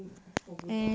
mm 这个我不懂